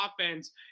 offense